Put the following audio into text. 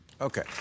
okay